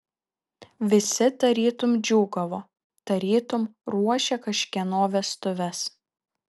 visi tarytum džiūgavo tarytum ruošė kažkieno vestuves